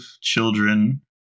Children